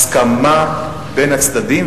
הסכמה בין הצדדים,